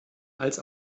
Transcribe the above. als